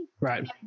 Right